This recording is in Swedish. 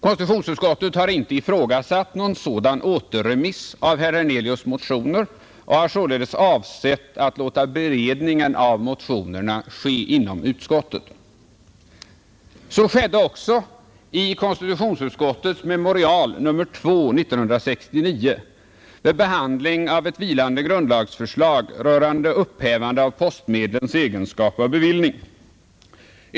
Konstitutionsutskottet har inte ifrågasatt någon sådan återremiss av herr Hernelius” motioner och har således avsett att låta beredningen av motionerna ske inom utskottet. Så skedde också i konstitutionsutskottets memorial nr 2 år 1969 vid behandling av ett vilande grundlagsförslag rörande upphävande av postmedlens egenskap av bevillning.